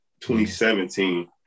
2017